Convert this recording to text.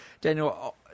Daniel